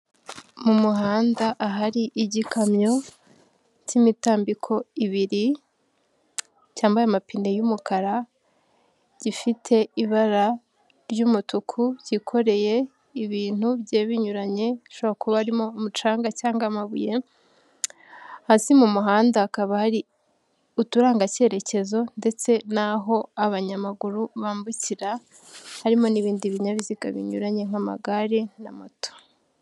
Mu muhanda ahari igikamyo cy'imitambiko ibiri cyambaye amapine y'umukara gifite ibara ry'umutuku cyikoreye ibintu bigiye binyuranye hashobora kuba harimo umucanga cyangwa amabuye, hasi mu muhanda hakaba hari uturangacyerekezo ndetse n'aho abanyamaguru bambukira harimo n'ibindi binyabiziga binyuranye nk'amagare na moto.